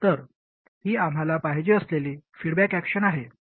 तर ही आम्हाला पाहिजे असलेली फीडबॅक अॅक्शन आहे